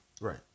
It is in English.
right